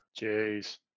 Jeez